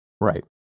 Right